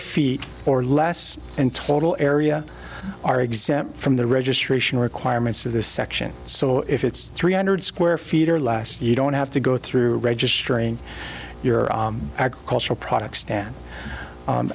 feet or less in total area are exempt from the registration requirements of this section so if it's three hundred square feet or less you don't have to go through registering your agricultural products